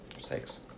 six